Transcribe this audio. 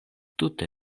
tute